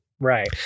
Right